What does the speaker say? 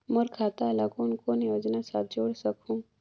मोर खाता ला कौन कौन योजना साथ जोड़ सकहुं?